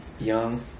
young